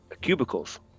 cubicles